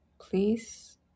please